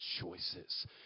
choices